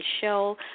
show